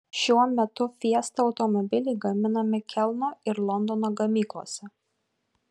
šiuo metu fiesta automobiliai gaminami kelno ir londono gamyklose